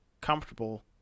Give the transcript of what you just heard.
comfortable